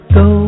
go